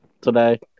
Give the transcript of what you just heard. today